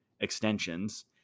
extensions